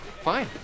Fine